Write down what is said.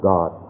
God